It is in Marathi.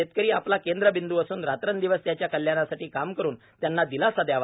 शेतकरी आपला केंद्रबिंद् असून रात्रंदिवस त्याच्या कल्याणासाठी काम करून त्यांना दिलासा द्यावा